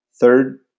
Third